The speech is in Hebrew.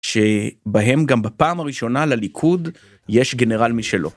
שבהם גם בפעם הראשונה לליכוד יש גנרל משלו.